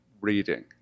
reading